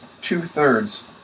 two-thirds